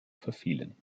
verfielen